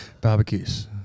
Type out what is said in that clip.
Barbecues